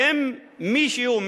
האם מישהו,